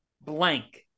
blank